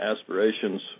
aspirations